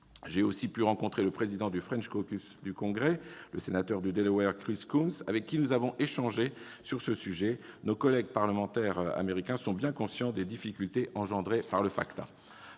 J'ai aussi pu rencontrer le président du du Congrès, le sénateur du Delaware Christopher Coons, avec qui nous avons échangé sur ce sujet. Nos collègues parlementaires américains sont bien conscients des difficultés engendrées par le FATCA.